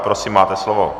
Prosím, máte slovo.